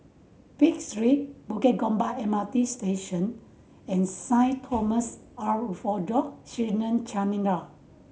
Pick Street Bukit Gombak M R T Station and Saint Thomas Syrian